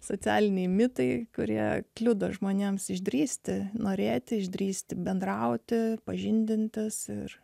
socialiniai mitai kurie kliudo žmonėms išdrįsti norėti išdrįsti bendrauti pažindintis ir